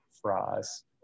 fries